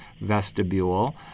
vestibule